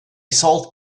salt